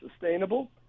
sustainable